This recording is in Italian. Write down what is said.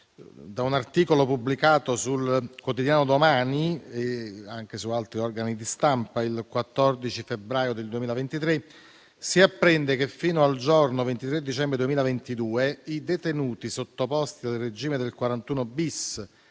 da un articolo pubblicato sul quotidiano «Domani», nonché su altri organi di stampa, il 14 febbraio del 2023, si apprende che fino al giorno 23 dicembre 2022 i detenuti sottoposti al regime del 41-*bis*,